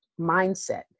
mindset